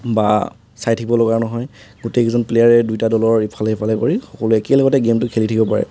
বা চাই থাকিব লগা নহয় গোটেইকেইজন প্লেয়াৰে দুইটা দলৰ ইফালে সিফালে কৰি সকলোৱে একেলগতে গেমটো খেলি থাকিব পাৰে